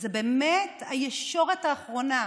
זו באמת הישורת האחרונה,